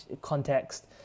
context